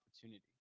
opportunity